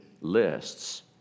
lists